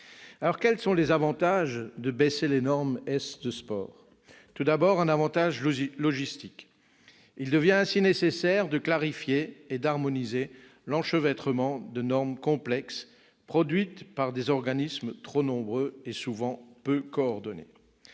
Quels sont les avantages à baisser les normes en matière de sport ? L'avantage est d'abord logistique. Il devient ainsi nécessaire de clarifier et d'harmoniser l'enchevêtrement de normes complexes produites par des organismes trop nombreux et souvent peu coordonnés.